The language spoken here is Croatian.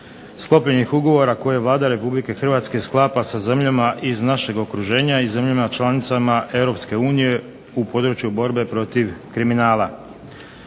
sklopljenih ugovora koje Vlada Republike Hrvatske sklapa sa zemljama iz našeg okruženja i zemljama članicama Europske unije u području borbe protiv kriminala.